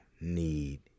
need